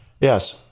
Yes